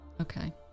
Okay